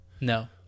No